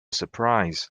surprise